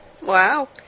Wow